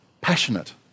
passionate